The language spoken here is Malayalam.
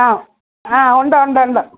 ആ ആ ഉണ്ട് ഉണ്ട് ഉണ്ട്